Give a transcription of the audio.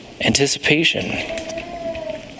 Anticipation